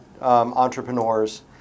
entrepreneurs